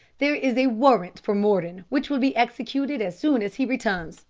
there is a warrant for mordon which will be executed as soon as he returns,